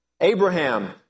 Abraham